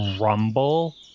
rumble